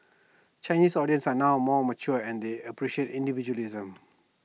Chinese audience are now more mature and they appreciate individualism